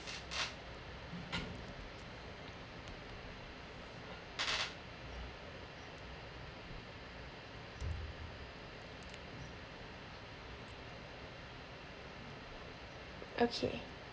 okay